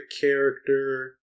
character